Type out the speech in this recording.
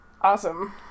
awesome